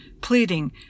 pleading